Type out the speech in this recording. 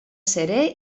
serè